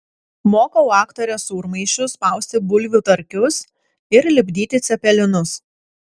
mokau aktores sūrmaišiu spausti bulvių tarkius ir lipdyti cepelinus